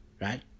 right